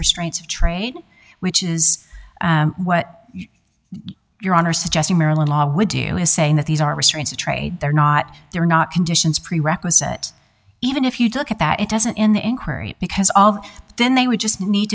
restraints of trade which is what your honor suggesting maryland law would do is saying that these are restraints of trade they're not they're not conditions prerequisite even if you took it that it doesn't in the inquiry because of then they would just need